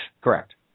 Correct